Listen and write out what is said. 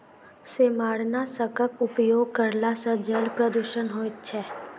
सेमारनाशकक उपयोग करला सॅ जल प्रदूषण होइत छै